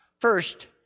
First